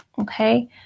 okay